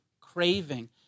craving